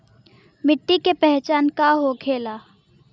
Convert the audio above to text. मिट्टी के पहचान का होखे ला?